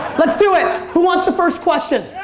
let's do it. who wants the first question?